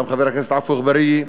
גם חבר הכנסת עפו אגבאריה,